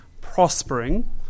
prospering